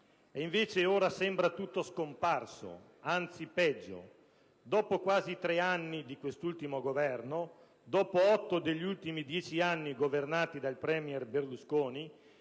E invece ora sembra tutto scomparso. Anzi, peggio: dopo quasi tre anni di questo Governo, dopo otto degli ultimi dieci anni governati dal premier Berlusconi,